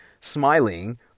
smiling